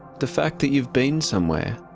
the fact that you've been somewhere,